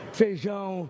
feijão